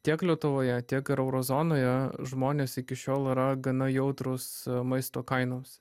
tiek lietuvoje tiek ir euro zonoje žmonės iki šiol yra gana jautrūs maisto kainoms